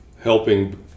helping